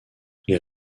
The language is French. les